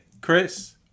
Chris